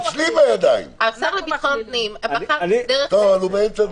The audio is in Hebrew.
השר לביטחון הפנים בחר --- ברשותכם,